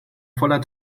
voller